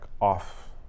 off